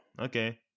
Okay